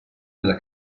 nella